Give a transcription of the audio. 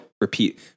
repeat